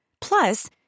Plus